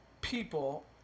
people